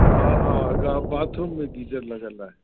हा हा ग बाथरूम में गीज़र लॻियलु आहे